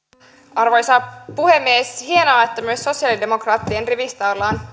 arvoisa puhemies hienoa että myös sosiaalidemokraattien rivistä ollaan